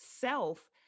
self